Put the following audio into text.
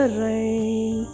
rain